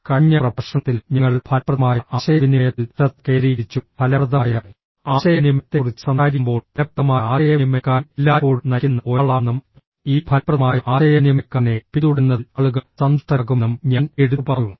കഴിഞ്ഞ പ്രഭാഷണത്തിൽ ഞങ്ങൾ ഫലപ്രദമായ ആശയവിനിമയത്തിൽ ശ്രദ്ധ കേന്ദ്രീകരിച്ചു ഫലപ്രദമായ ആശയവിനിമയത്തെക്കുറിച്ച് സംസാരിക്കുമ്പോൾ ഫലപ്രദമായ ആശയവിനിമയക്കാരൻ എല്ലായ്പ്പോഴും നയിക്കുന്ന ഒരാളാണെന്നും ഈ ഫലപ്രദമായ ആശയവിനിമയക്കാരനെ പിന്തുടരുന്നതിൽ ആളുകൾ സന്തുഷ്ടരാകുമെന്നും ഞാൻ എടുത്തുപറഞ്ഞു